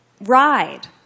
ride